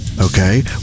Okay